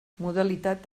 modalitat